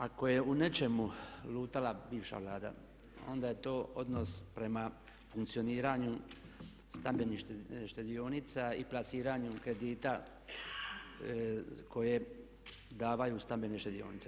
Ako je u nečemu lutala bivša Vlada onda je to odnos prema funkcioniranju stambenih štedionica i plasiranju kredita koje davaju stambene štedionice.